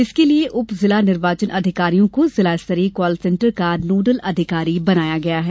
इसके लिए उप जिला निर्वाचन अधिकारियों को जिला स्तरीय कॉल सेंटर का नोडल अधिकारी बनाया गया है